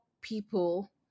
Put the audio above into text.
people